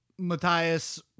Matthias